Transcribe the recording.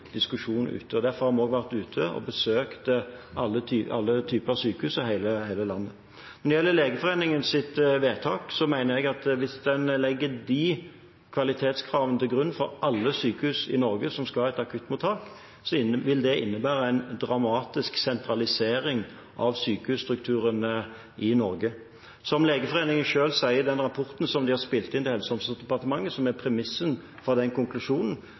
diskusjon ute. Derfor har vi besøkt alle typer sykehus i hele landet. Når det gjelder Legeforeningens vedtak, mener jeg at hvis en legger de kvalitetskravene til grunn for alle sykehus i Norge som skal ha et akuttmottak, vil det innebære en dramatisk sentralisering av sykehusstrukturen i Norge. Som Legeforeningen selv sier i den rapporten som de har spilt inn til Helse- og omsorgsdepartementet, og som er premissen for den konklusjonen: